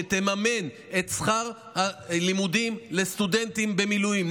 שתממן את שכר הלימוד לסטודנטים במילואים.